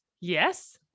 yes